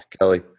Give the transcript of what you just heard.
Kelly